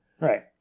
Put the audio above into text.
right